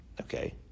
Okay